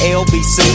lbc